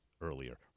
earlier